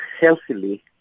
healthily